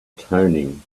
toning